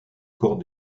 corps